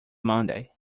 monday